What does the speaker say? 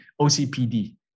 OCPD